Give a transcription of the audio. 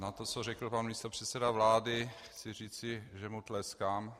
Na to, co řekl pan místopředseda vlády, chci říci, že mu tleskám.